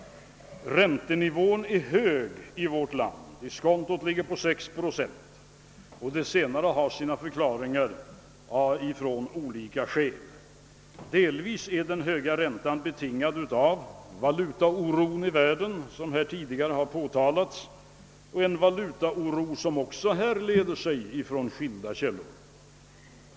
Räntenivån är hög i vårt land. Diskontot ligger på 6 procent, vilket har sina förklaringar. Delvis är den höga räntenivån betingad av valutaoron i världen — den saken har tidigare framhållits i denna debatt. även den oron härrör från skilda källor.